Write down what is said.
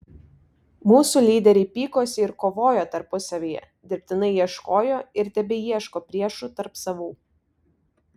mūsų lyderiai pykosi ir kovojo tarpusavyje dirbtinai ieškojo ir tebeieško priešų tarp savų